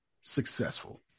successful